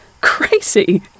Crazy